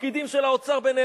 הפקידים של האוצר ביניהם,